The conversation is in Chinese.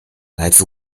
来自